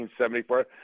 1974